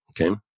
okay